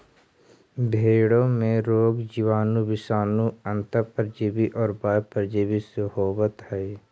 भेंड़ों में रोग जीवाणु, विषाणु, अन्तः परजीवी और बाह्य परजीवी से होवत हई